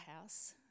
house